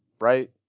right